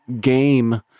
game